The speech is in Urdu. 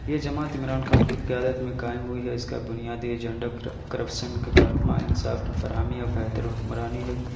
یہ جماعت عمران خان کی قیادت میں قائم ہوئی ہے اس کا بنیادی ایجنڈا کرپسن کا خاتمہ انصاف کی فراہمی اور بہتر حکمرانی ہے